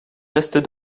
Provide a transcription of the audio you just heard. restes